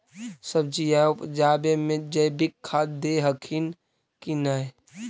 सब्जिया उपजाबे मे जैवीक खाद दे हखिन की नैय?